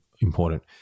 important